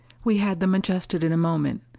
we had them adjusted in a moment.